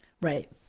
right